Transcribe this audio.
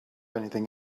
anything